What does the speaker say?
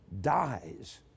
dies